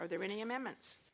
are there any amendments